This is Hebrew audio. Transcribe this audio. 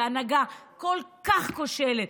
בהנהגה כל כך כושלת,